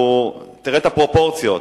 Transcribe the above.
ותראה את הפרופורציות.